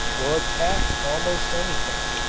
will attack almost anything,